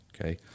okay